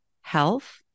health